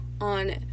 on